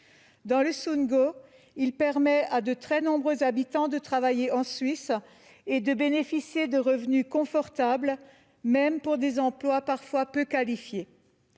Dans le Sundgau, il permet à de très nombreux habitants de travailler en Suisse et de bénéficier de revenus confortables, même pour des emplois parfois peu qualifiés.